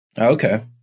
Okay